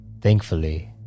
Thankfully